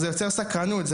מעורר סקרנות,